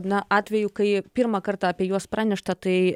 na atvejų kai pirmą kartą apie juos pranešta tai